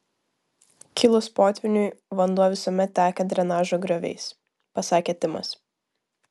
kilus potvyniui vanduo visuomet teka drenažo grioviais pasakė timas